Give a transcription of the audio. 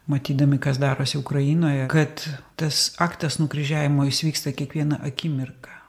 matydami kas darosi ukrainoje kad tas aktas nukryžiavimo jis vyksta kiekvieną akimirką